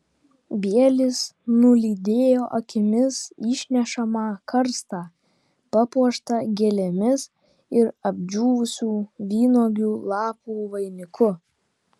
bielis nulydėjo akimis išnešamą karstą papuoštą gėlėmis ir apdžiūvusių vynuogių lapų vainiku